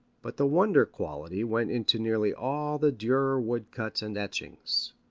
but the wonder-quality went into nearly all the durer wood-cuts and etchings.